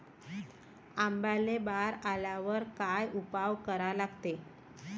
आंब्याले बार आल्यावर काय उपाव करा लागते?